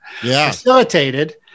facilitated